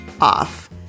off